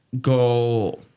go